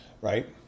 right